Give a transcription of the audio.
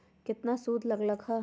केतना सूद लग लक ह?